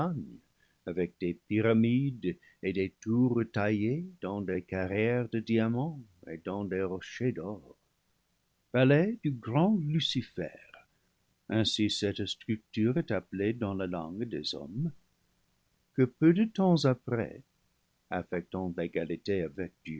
avec des pyramides et des tours taillées dans des carrières de diamants et dans des rochers d'or palais du grand lucifer ainsi cette structure est appelée dans la langue des hommes que peu de temps après affectant l'égalité avec